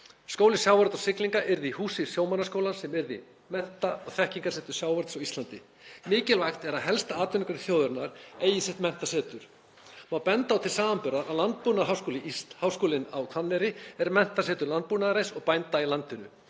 Skóli sjávarútvegs og siglinga yrði í húsi sjómannaskólans sem yrði mennta- og þekkingarsetur sjávarútvegs á Íslandi. Mikilvægt er að helsta atvinnugrein þjóðarinnar eigi sitt menntasetur. Má benda á til samanburðar að Landbúnaðarháskólinn á Hvanneyri er menntasetur landbúnaðarins og bænda í landinu.